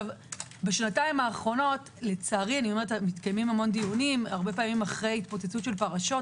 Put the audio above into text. בשנתיים האחרונות מתקיימים הרבה דיונים לצערי אחרי התפוצצות של פרשות.